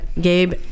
Gabe